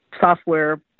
software